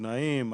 תנאים,